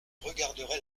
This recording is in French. regarderai